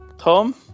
Tom